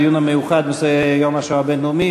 בדיון המיוחד ליום השואה הבין-לאומי,